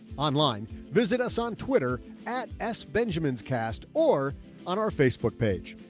online. visit us on twitter at s benjamin's cast, or on our facebook page,